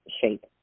shape